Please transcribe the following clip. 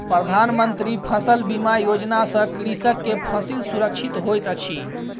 प्रधान मंत्री फसल बीमा योजना सॅ कृषक के फसिल सुरक्षित होइत अछि